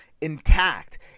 intact